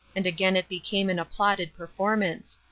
and again it became an applauded performance.